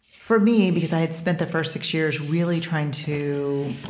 for me because i had spent the first six years really trying to